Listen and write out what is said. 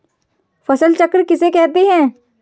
फसल चक्र किसे कहते हैं?